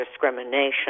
discrimination